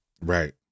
Right